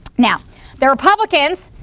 now the republicans,